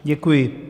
Děkuji.